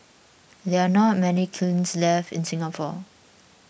there are not many kilns left in Singapore